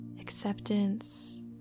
acceptance